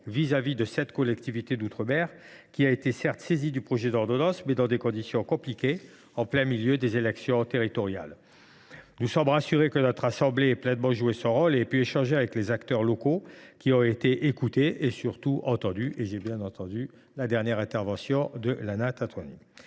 vis à vis de cette collectivité d’outre mer, qui, certes, a été saisie du projet d’ordonnance, mais dans des conditions compliquées, en plein milieu des élections territoriales. Nous sommes rassurés que notre assemblée ait pleinement joué son rôle et ait pu échanger avec les acteurs locaux, qui ont été écoutés et, surtout, entendus – j’ai été attentif à ce que vient de dire Lana Tetuanui.